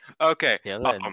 Okay